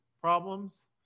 problems